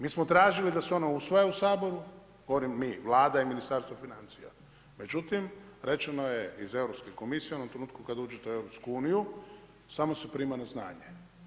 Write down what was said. Mi smo tražili da se ono usvaja u Saboru, govorim mi, Vlada i Ministarstvo financija, međutim rečeno je iz Europske komisije onog trenutka kada uđete u EU samo se prima na znanje.